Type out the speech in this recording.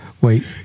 Wait